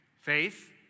faith